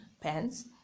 pants